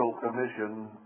commission